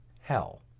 hell